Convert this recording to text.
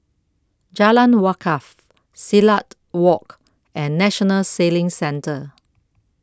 Jalan Wakaff Silat Walk and National Sailing Centre